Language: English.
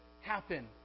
happen